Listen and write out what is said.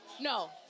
No